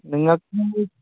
നിങ്ങൾക്ക്